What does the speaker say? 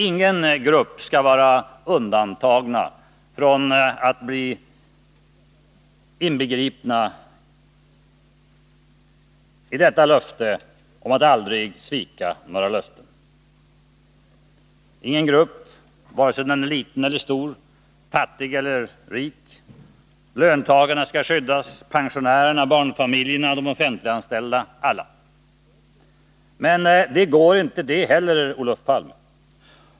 Ingen grupp skall vara undantagen, vare sig den är liten eller stor, fattig eller rik. Löntagare, pensionärer, barnfamiljer, offentliganställda, alla skall skyddas. Meninte heller det går, Olof Palme.